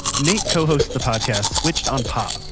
nate co-hosts the podcast switched on pop,